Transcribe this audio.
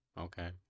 okay